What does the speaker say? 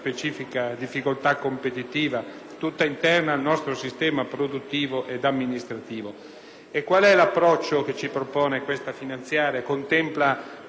E qual è l'approccio che ci propone questa finanziaria? Contempla una grande unica misura: non aumentare la spesa e poco altro.